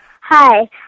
Hi